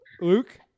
Luke